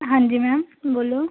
ਹਾਂਜੀ ਮੈਮ ਬੋਲੋ